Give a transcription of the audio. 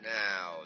now